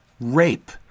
rape